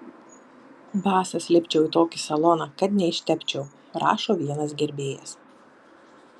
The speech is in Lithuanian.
basas lipčiau į tokį saloną kad neištepčiau rašo vienas gerbėjas